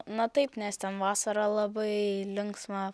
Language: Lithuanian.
na taip nes ten vasarą labai linksma